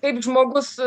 kaip žmogus